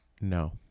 No